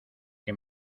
que